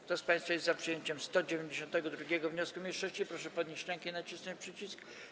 Kto z państwa jest za przyjęciem 192. wniosku mniejszości, proszę podnieść rękę i nacisnąć przycisk.